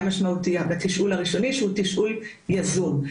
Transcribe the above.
משמעותי בתשאול הראשוני שהוא תשאול יזום.